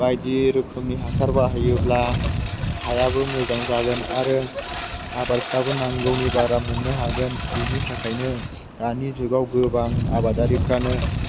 बायदि रोखोमनि हासार बाहायोब्ला हायाबो मोजां जागोन आरो आबादफोराबो नांगौनि बारा मोननो हागोन बिनि थाखायनो दानि जुगाव गोबां आबादारिफोरानो